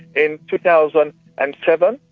in two thousand and seven,